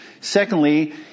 Secondly